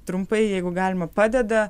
trumpai jeigu galima padeda